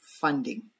funding